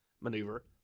maneuver